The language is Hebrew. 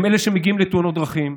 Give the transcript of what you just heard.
הם אלה שמגיעים לתאונות דרכים,